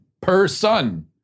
Person